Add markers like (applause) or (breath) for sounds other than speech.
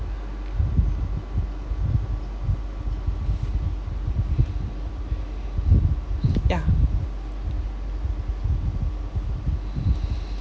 ya (breath)